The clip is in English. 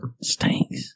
stinks